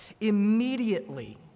Immediately